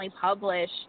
publish